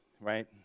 right